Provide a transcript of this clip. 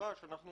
ראינו